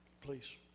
Please